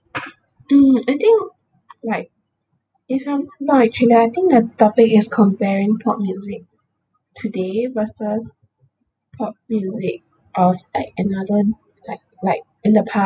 mm I think like if from more original I think the topic you have comparing pop music today versus pop music of like another like like in the